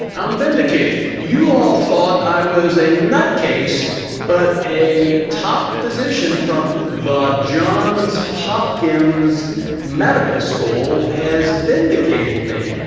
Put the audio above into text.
i'm vindicated, you all thought i was a nut case but a top physician from the johns hopkins medical school has vindicated me.